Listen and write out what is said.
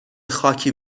خاکی